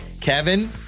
Kevin